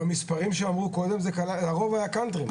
במספרים שאמרו קודם, הרוב היה קאנטרי.